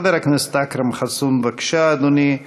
חבר הכנסת אכרם חסון, בבקשה, אדוני.